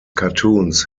cartoons